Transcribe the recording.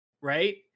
right